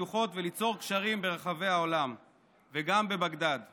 בעיקר כי מדברים שם, עובדי הסיעות.